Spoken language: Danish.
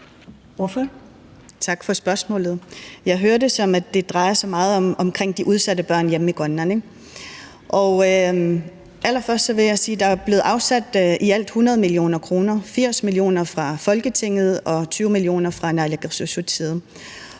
Tak for spørgsmålet. Jeg hører det, som om det drejer sig meget om de udsatte børn hjemme i Grønland? Allerførst vil jeg sige, at der jo er blevet afsat i alt 100 mio. kr., 80 mio. kr. fra Folketinget og 20 mio. kr. fra naalakkersuisuts